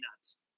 nuts